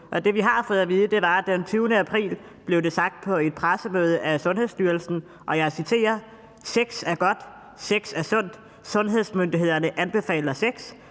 Og det, vi har fået at vide, er det, der den 20. april blev sagt af Sundhedsstyrelsen på et pressemøde, og jeg citerer: Sex er godt, sex er sundt, sundhedsmyndighederne anbefaler sex,